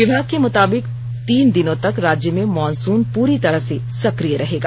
विभाग के मुताबिक तीन दिनों तक राज्य में मॉनसून पूरी तरह से सक्रिय रहेगा